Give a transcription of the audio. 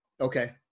Okay